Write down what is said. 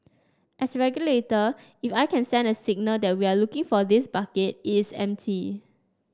as regulator if I can send a signal that we are looking for this bucket it's empty